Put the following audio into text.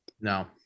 no